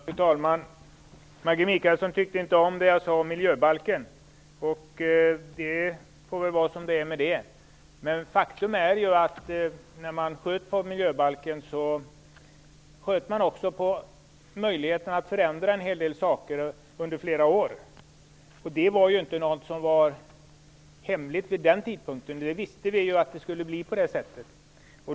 Fru talman! Maggi Mikaelsson tyckte inte om det jag sade om miljöbalken, och det får väl vara som det är med det. Men faktum är att när man sköt på miljöbalken sköt man också på möjligheten att förändra en hel del saker under flera år. Det var inte hemligt vid den tidpunkten. Vi visste att det skulle bli på det sättet.